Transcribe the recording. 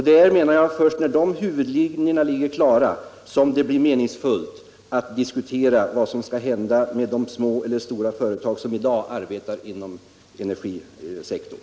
Det är först när de huvudlinjerna är klara som det blir meningsfullt att diskutera vad som skall hända med de små eller stora företag som i dag arbetar inom energisektorn.